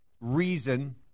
reason